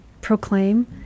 proclaim